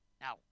now